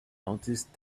noticed